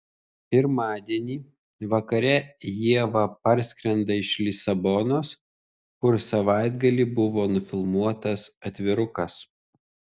pirmadienį vakare ieva parskrenda iš lisabonos kur savaitgalį buvo nufilmuotas atvirukas